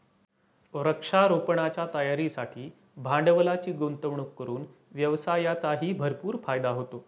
वृक्षारोपणाच्या तयारीसाठी भांडवलाची गुंतवणूक करून व्यवसायाचाही भरपूर फायदा होतो